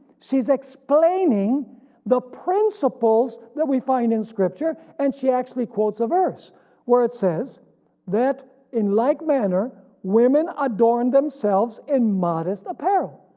she's explaining the principles that we find in scripture, and she actually quotes a verse where it says that in like manner women adorn themselves in modest apparel.